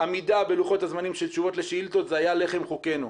עמידה בלוחות הזמנים של תשובות לשאילתות זה היה לחם חוקנו.